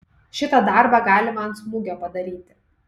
šitą darbą galima ant smūgio padaryti